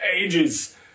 ages